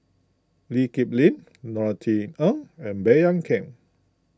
Lee Kip Lin Norothy Ng and Baey Yam Keng